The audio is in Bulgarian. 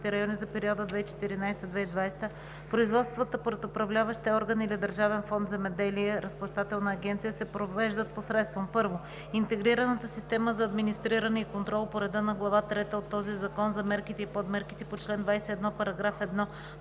райони за периода 2014 – 2020 г. производствата пред управляващия орган или Държавен фонд „Земеделие“ – Разплащателна агенция се провеждат посредством: 1. Интегрираната система за администриране и контрол, по реда на Глава трета от този закон – за мерките и подмерките по чл. 21, параграф 1,